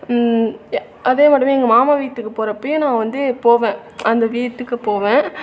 அதே மட்டும் எங்கள் மாமா வீட்டுக்கு போகிறப்பையும் நான் வந்து போவேன் அந்த வீட்டுக்கு போவேன்